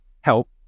help